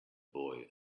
boy